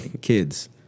Kids